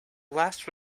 last